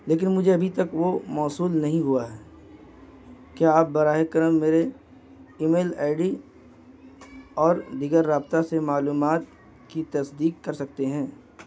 لیکن مجھے ابھی تک وہ موصول نہیں ہوا ہے کیا آپ براہ کرم میرے ای میل آئی ڈی اور دیگر رابطہ سے معلومات کی تصدیق کر سکتے ہیں